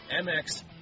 MX